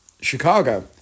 Chicago